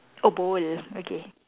oh bowl okay